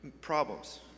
problems